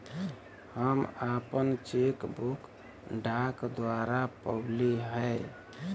हम आपन cheque book डाक द्वारा पउली है